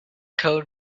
code